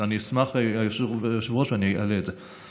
אני אשמח, היושב-ראש, ואני אעלה את זה.